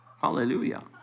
Hallelujah